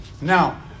Now